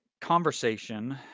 conversation